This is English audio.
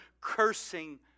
cursing